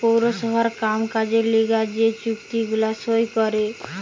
পৌরসভার কাম কাজের লিগে যে চুক্তি গুলা সই করে